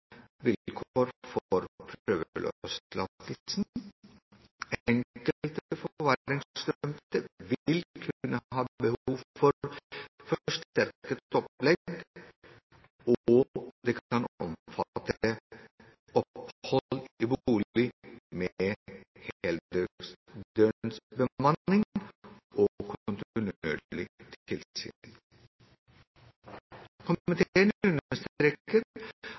vilkår for prøveløslatelsen. Enkelte forvaringsdømte vil kunne ha behov for forsterket opplegg, og det kan omfatte opphold i bolig med heldøgnsbemanning og